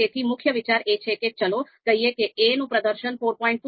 તેથી મુખ્ય વિચાર એ છે કે ચલો કહીએ કે a નું પ્રદર્શન 4